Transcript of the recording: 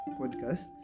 podcast